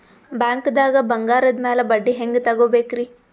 ಬ್ಯಾಂಕ್ದಾಗ ಬಂಗಾರದ್ ಮ್ಯಾಲ್ ಬಡ್ಡಿ ಹೆಂಗ್ ತಗೋಬೇಕ್ರಿ?